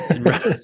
Right